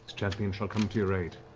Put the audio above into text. champion shall come to your aid